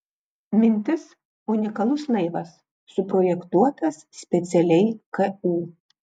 mintis unikalus laivas suprojektuotas specialiai ku